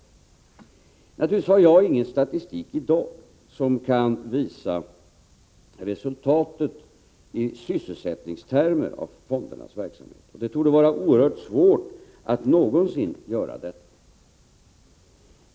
Naturligtvis har jag i dag ingen statistik som kan visa resultatet i sysselsättningstermer av fondernas verksamhet. Det torde vara oerhört svårt att någonsin göra det.